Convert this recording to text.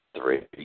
three